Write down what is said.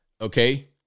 Okay